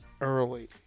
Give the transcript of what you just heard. early